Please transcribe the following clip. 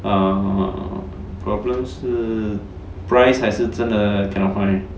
err problems 是 price 还是真的 cannot find